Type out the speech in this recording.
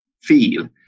feel